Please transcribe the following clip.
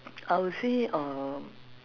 I'll say uh